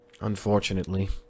Unfortunately